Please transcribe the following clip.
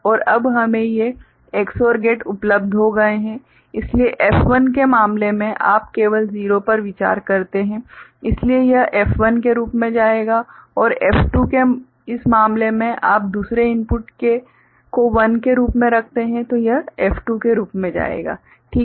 और अब हमें ये XOR गेट उपलब्ध हो गए हैं इसलिए F1 के मामले में आप केवल 0 पर विचार करते हैं इसलिए यह F1 के रूप में जाएगा और F2 प्राइम के इस मामले में आप दूसरे इनपुट को 1 के रूप में रखते हैं तो यह F2 के रूप में जाएगा ठीक है